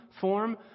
form